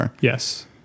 Yes